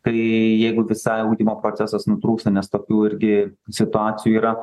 tai jeigu visai ugdymo procesas nutrūksta nes tokių irgi situacijų yra